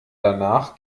danach